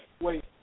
wait